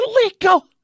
illegal